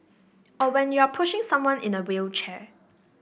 or when you're pushing someone in a wheelchair